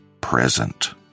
present